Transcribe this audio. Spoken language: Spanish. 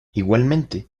igualmente